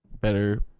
better